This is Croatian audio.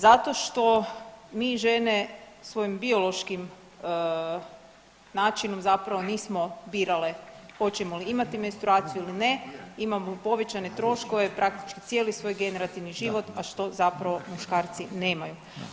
Zato što mi žene svojim biološkim načinom nismo birale hoćemo li imati menstruaciju ili ne, imamo povećane troškove praktički cijeli svoj generativni život, a što zapravo muškarci nemaju.